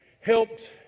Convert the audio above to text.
helped